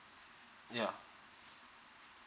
yeah